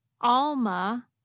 Alma